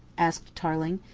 asked tarling.